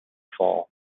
fall